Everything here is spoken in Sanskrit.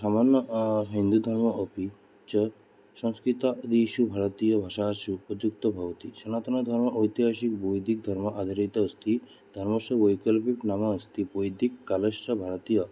सामान्य हिन्दुधर्मः अपि च संस्कृतादिषु भारतीयभाषासु उपयुक्तः भवति सनातनधर्मः ऐतिहासिकः बौद्धिकधर्म आधारितः अस्ति धर्मस्य वैकल्पिकं नाम अस्ति वैदिककालस्य भारतीय